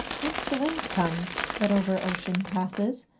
whence the wind comes, that over ocean passes,